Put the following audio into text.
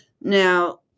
Now